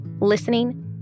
Listening